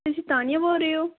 ਤੁਸੀਂ ਤਾਨੀਆ ਬੋਲ ਰਹੇ ਹੋ